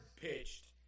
pitched